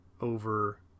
over